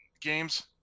games